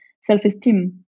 self-esteem